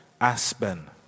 Aspen